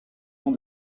ans